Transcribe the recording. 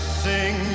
sing